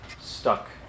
stuck